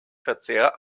verzehr